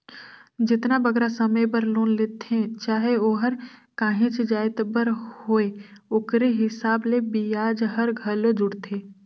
जेतना बगरा समे बर लोन लेथें चाहे ओहर काहींच जाएत बर होए ओकरे हिसाब ले बियाज हर घलो जुड़थे